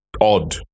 odd